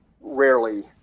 rarely